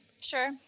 Sure